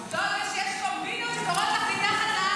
העובדות הן שיש קומבינות שקורות לך מתחת לאף.